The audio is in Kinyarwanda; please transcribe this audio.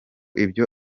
ibyo